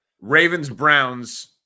Ravens-Browns